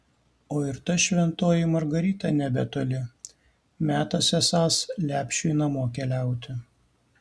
o ir ta šventoji margarita nebetoli metas esąs lepšiui namo keliauti